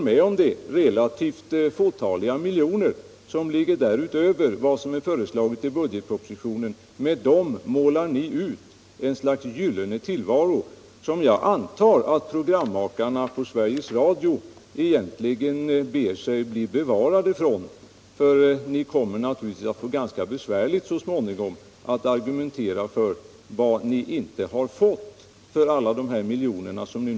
Med dessa relativt fåtaliga — jag håller med om det — miljoner utöver vad som är föreslaget i budgetpropositionen målar ni ut ett slags gyllene tillvaro, som jag antar att programmakarna på Sveriges Radio egentligen ber att få bli bevarade från.